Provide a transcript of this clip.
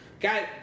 Guy's